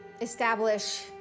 establish